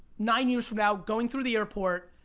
nine years from now, going through the airport,